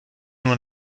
nur